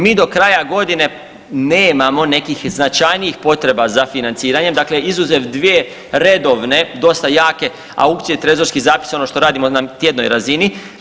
Mi do kraja godine nemamo nekih značajnijih potreba za financiranjem, dakle izuzev dvije redovne dosta jake aukcije i trezorski zapisi, ono što radimo na tjednoj razini.